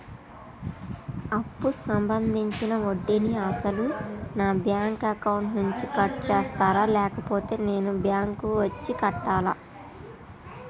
అప్పు సంబంధించిన వడ్డీని అసలు నా బ్యాంక్ అకౌంట్ నుంచి కట్ చేస్తారా లేకపోతే నేను బ్యాంకు వచ్చి కట్టాలా?